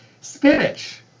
spinach